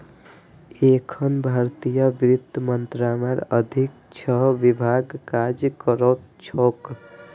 एखन भारतीय वित्त मंत्रालयक अधीन छह विभाग काज करैत छैक